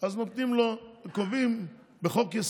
משהו שהוא קריטי באמת